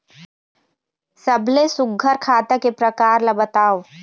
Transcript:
सबले सुघ्घर खाता के प्रकार ला बताव?